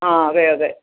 ആ അതെ അതെ